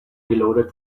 reloaded